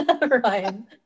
Ryan